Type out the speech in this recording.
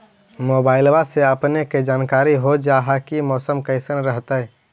मोबाईलबा से अपने के जानकारी हो जा है की मौसमा कैसन रहतय?